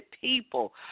people